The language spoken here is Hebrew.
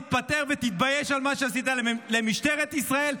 תתפטר ותתבייש על מה שעשית למשטרת ישראל,